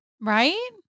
Right